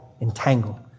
entangled